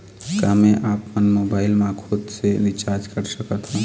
का मैं आपमन मोबाइल मा खुद से रिचार्ज कर सकथों?